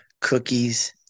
cookies